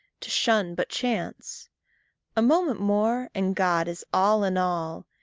to shun but chance a moment more, and god is all in all,